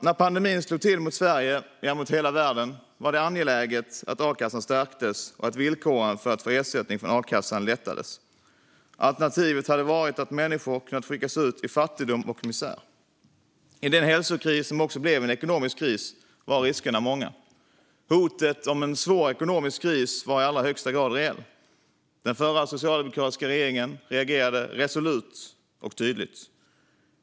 När pandemin slog till mot Sverige - ja, mot hela världen - var det angeläget att a-kassan stärktes och att villkoren för att få ersättning från a-kassan lättades. Alternativet hade varit att människor kunnat skickas ut i fattigdom och misär. I den hälsokris som också blev en ekonomisk kris var riskerna många. Hotet om en svår ekonomisk kris var i allra högsta grad reellt. Den förra socialdemokratiska regeringen reagerade resolut och tydligt.